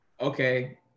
Okay